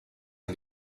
and